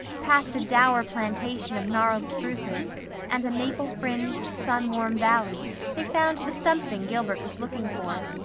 past a dour plantation of gnarled spruces and a maple-fringed, sun-warm valley they found the something gilbert was looking for.